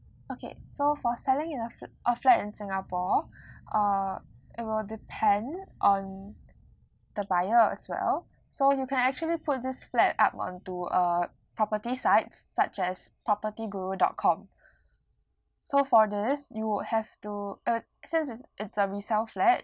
okay so for selling in a fl~ a flat in singapore uh it will depend on the buyer as well so you can actually put this flat up onto uh property sites such as propertyguru dot com so for this you would have to uh since it's it's a resale flat